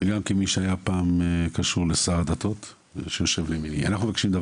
וגם כמי שהיה פעם קשור לשר הדתות - דבר אחד.